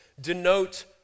denote